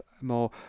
more